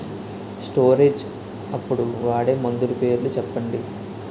Storage అప్పుడు వాడే మందులు పేర్లు చెప్పండీ?